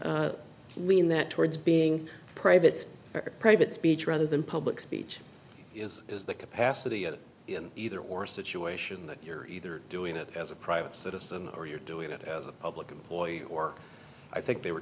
would lean that towards being privates are private speech rather than public speech as is the capacity of either or situation that you're either doing it as a private citizen or you're doing it as a public employee or i think they were